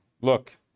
Look